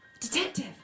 Detective